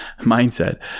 mindset